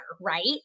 right